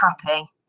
happy